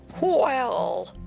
Well